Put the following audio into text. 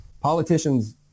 Politicians